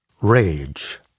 rage